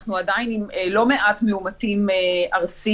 כשאנחנו עדיין עם לא מעט מאומתים ארצי